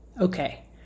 Okay